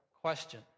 question